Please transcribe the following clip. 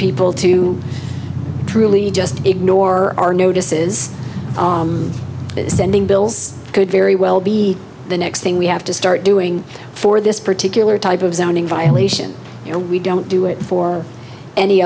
people to truly just ignore our notices sending bills could very well be the next thing we have to start doing for this particular type of zoning violation you know we don't do it for any